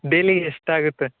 daily ಎಷ್ಟಾಗುತ್ತೆ